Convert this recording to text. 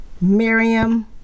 Miriam